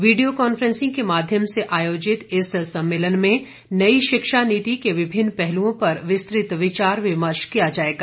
video conferencing के माध्यम से आयोजित इस सम्मेलन में नई शिक्षा नीति के विभिन्न पहलुओं पर विस्तृत विचार विमर्श किया जाएगा